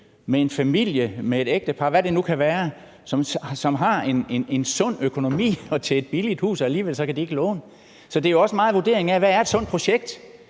om en familie eller et ægtepar, eller hvad det nu kan være, som har en sund økonomi, og som vil købe et billigt hus? Alligevel kan de ikke låne. Så det er jo også meget en vurdering af, hvad et sundt projekt